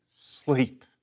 sleep